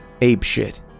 apeshit